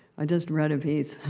i just read a piece,